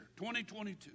2022